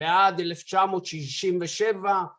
ועד 1967...